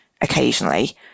occasionally